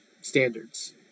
standards